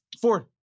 Ford